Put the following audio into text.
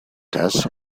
tests